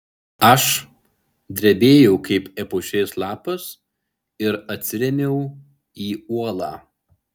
aš drebėjau kaip epušės lapas ir atsirėmiau į uolą